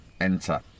Enter